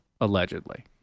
Allegedly